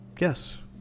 Yes